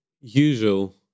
usual